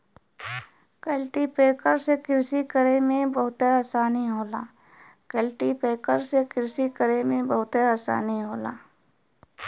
cultipacker से कृषि करे में बहुते आसानी होला